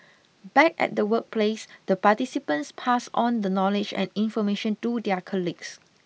back at the workplace the participants pass on the knowledge and information to their colleagues